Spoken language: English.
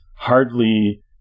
hardly